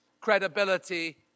credibility